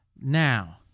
now